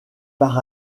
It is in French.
par